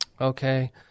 Okay